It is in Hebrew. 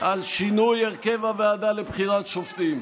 על שינוי הרכב הוועדה לבחירת שופטים.